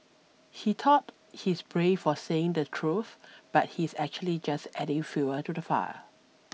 he thought he's brave for saying the truth but he's actually just adding fuel to the fire